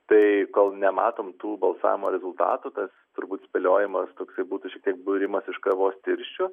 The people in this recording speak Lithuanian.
tai kol nematom tų balsavimo rezultatų tas turbūt spėliojimas toksai būtų šiek tiek būrimas iš kavos tirščių